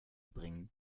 bringen